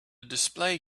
display